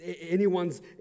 anyone's